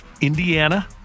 Indiana